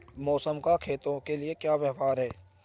मौसम का खेतों के लिये क्या व्यवहार है?